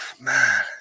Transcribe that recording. Man